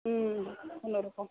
कुनुरक'म